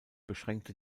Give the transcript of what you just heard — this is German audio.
beschränkte